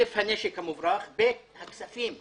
ראשית, הנשק המוברח, ושנית, הכספים.